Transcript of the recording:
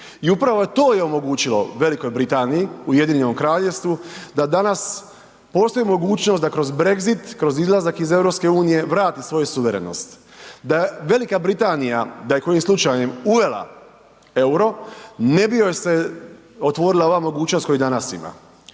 i upravo to je omogućilo Velikoj Britaniji, Ujedinjenom Kraljevstvu da danas postoji mogućnost da kroz Brexit, kroz izlazak iz EU vrati svoju suverenost. Da Velika Britanija, da je kojim slučajem uvela EUR-o ne bi joj se otvorila ova mogućnost koju danas ima.